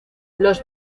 los